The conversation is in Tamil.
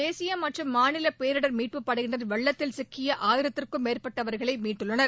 தேசிய மற்றும் மாநில பேரிடர் மீட்புப் படையினர் வெள்ளத்தில் சிக்கிய ஆயிரத்துக்கும் மேற்பட்டவர்களை மீட்டுள்ளனர்